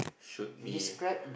shoot me